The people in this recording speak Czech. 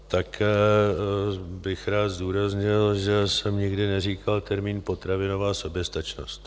Rád bych zdůraznil, že jsem nikdy neříkal termín potravinová soběstačnost.